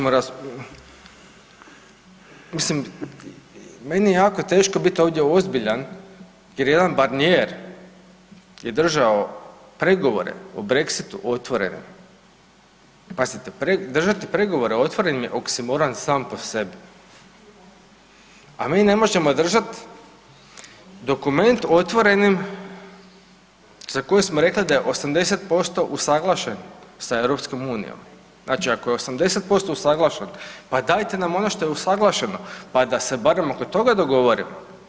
Mislim meni je jako teško bit ovdje ozbiljan jer jedan Barnier je držao pregovore o brexitu otvorene, pazite držati pregovore otvorenim je oksimoran sam po sebi, a mi ne možemo držat dokument otvorenim za koji smo rekli da je 80% usuglašen sa EU, znači ako je 80% usuglašen, pa dajte nam ono šta je usaglašeno, pa da se barem oko toga dogovorimo.